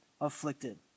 afflicted